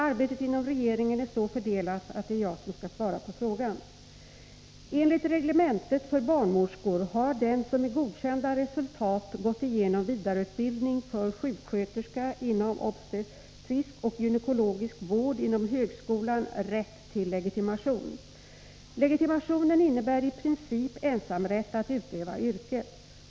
Arbetet inom regeringen är så fördelat att det är jag som skall svara på frågan. Enligt reglementet för barnmorskor har den som med godkända resultat gått igenom vidareutbildning för sjuksköterska inom obstetrisk och gynekologisk vård inom högskolan rätt till legitimation. Legitimationen innebär i princip ensamrätt att utöva yrket.